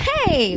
Hey